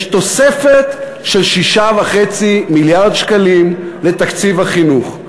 יש תוספת של 6.5 מיליארד שקלים לתקציב החינוך.